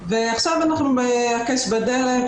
ועכשיו אנחנו ב"הקש בדלת".